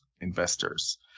investors